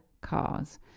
cars